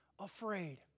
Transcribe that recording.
afraid